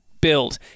build